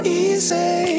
easy